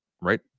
right